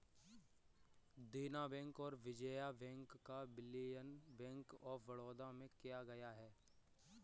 देना बैंक और विजया बैंक का विलय बैंक ऑफ बड़ौदा में किया गया है